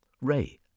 Ray